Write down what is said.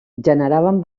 generaven